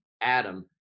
Adam